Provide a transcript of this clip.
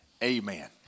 Amen